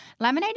Laminating